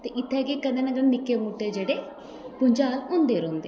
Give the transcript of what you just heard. ते इत्थें की कुदै निक्के मुट्टे जगह भुंचाल होंदे रौहंदे न